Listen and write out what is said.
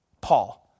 Paul